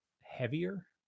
heavier